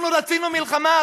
אנחנו רצינו מלחמה?